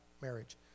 marriage